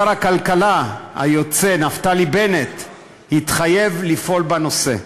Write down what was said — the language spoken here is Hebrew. שר הכלכלה היוצא נפתלי בנט התחייב לפעול בנושא.